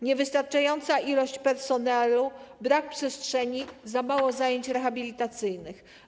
Niewystarczająca ilość personelu, brak przestrzeni, za mało zajęć rehabilitacyjnych.